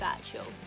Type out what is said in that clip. Virtual